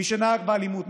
מי שנהג באלימות,